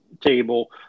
table